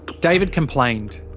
david complained.